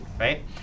Right